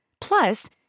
Plus